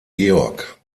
georg